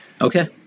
Okay